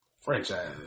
Franchise